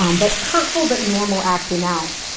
um but hurtful but normal acting out.